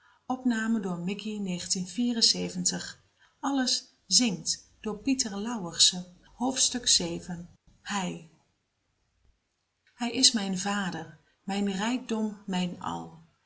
hij hij is mijn vader mijn rijkdom mijn